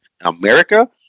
America